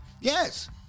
Yes